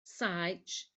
saets